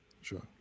Sure